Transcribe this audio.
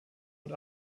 und